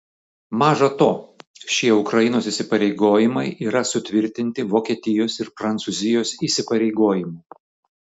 maža to šie ukrainos įsipareigojimai yra sutvirtinti vokietijos ir prancūzijos įsipareigojimų